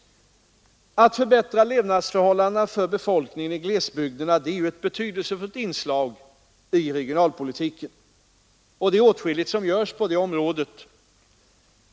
Att förbättra levnadsförhållandena för befolkningen i glesbygderna är ett betydelsefullt inslag i regionalpolitiken. Åtskilligt görs på detta område.